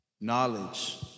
knowledge